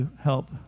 help